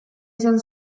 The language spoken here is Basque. izan